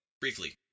Briefly